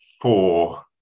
four